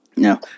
Now